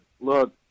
Look